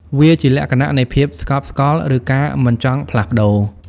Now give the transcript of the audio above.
វាជាលក្ខណៈនៃភាពស្កប់ស្កល់ ឬការមិនចង់ផ្លាស់ប្ដូរ។